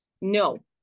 No